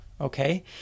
okay